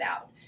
out